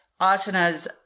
Asana's